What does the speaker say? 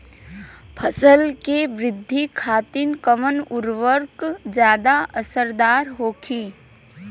फसल के वृद्धि खातिन कवन उर्वरक ज्यादा असरदार होखि?